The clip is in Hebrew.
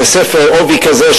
זה ספר בעובי כזה,